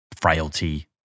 frailty